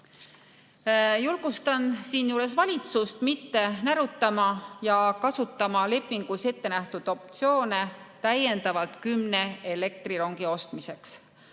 Julgustan siinjuures valitsust mitte närutama ja kasutama lepingus ettenähtud optsioone täiendavalt kümne elektrirongi ostmiseks.